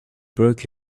broke